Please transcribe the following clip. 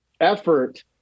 effort